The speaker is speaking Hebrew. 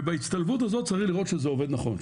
ובהצטלבות הזאת צריך לראות שזה עובד נכון,